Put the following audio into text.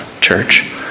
church